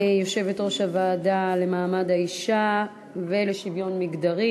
יושבת-ראש הוועדה למעמד האישה ולשוויון מגדרי.